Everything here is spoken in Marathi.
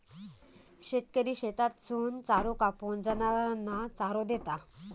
शेतकरी शेतातसून चारो कापून, जनावरांना चारो देता